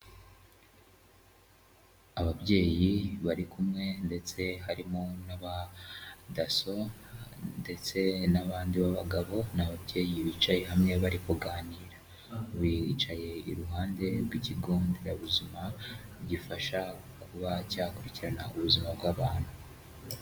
Ababyeyi bari kumwe ndetse harimo n'abadaso ndetse n'abandi bagabo n'ababyeyi bicaye hamwe bari kuganira, bicaye iruhande rw'ikigonderabuzima gifasha kuba cyakurikirana ubuzima bw'abantu.